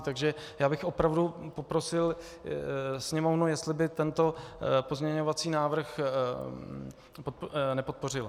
Takže bych opravdu poprosil Sněmovnu, jestli by tento pozměňovací návrh nepodpořila.